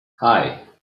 hei